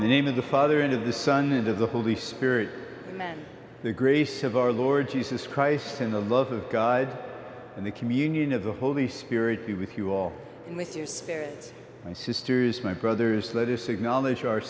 name of the father and of the son and of the holy spirit the grace of our lord jesus christ and the love of god and the communion of the holy spirit be with you all my sisters my brothers